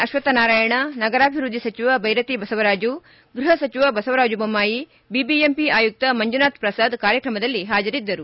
ಅಕ್ಷಕ್ಕ ನಾರಾಯಣ ನಗರಾಭಿವೃದ್ಧಿ ಸಚಿವ ದೈರತಿ ಬಸವರಾಜು ಗೃಹ ಸಚಿವ ಬಸವರಾಜು ಬೊಮ್ಮಾಯಿ ಬಿಬಿಎಂಪಿ ಆಯುಕ್ತ ಮಂಜುನಾಥ್ ಪ್ರಸಾದ್ ಕಾರ್ಯಕ್ರಮದಲ್ಲಿ ಹಾಜರಿದ್ದರು